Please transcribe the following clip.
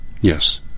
Yes